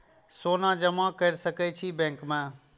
सोना जमा कर सके छी बैंक में?